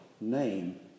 name